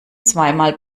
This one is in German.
zweimal